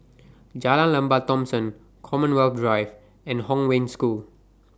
Jalan Lembah Thomson Commonwealth Drive and Hong Wen School